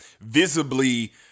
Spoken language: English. visibly